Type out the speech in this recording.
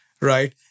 right